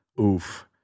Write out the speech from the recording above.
Oof